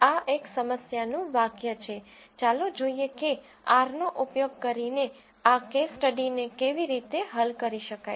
આ એક સમસ્યાનું વાક્ય છે ચાલો જોઈએ કે R નો ઉપયોગ કરીને આ કેસ સ્ટડીને કેવી રીતે હલ કરી શકાય